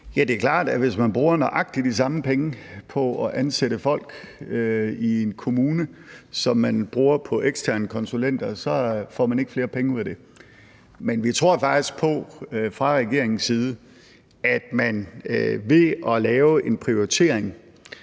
hvis man bruger nøjagtig de samme penge på at ansætte folk i en kommune, som man bruger på eksterne konsulenter, så ikke får flere penge ud af det. Men vi tror faktisk på fra regeringens side, at man ved at lave en prioritering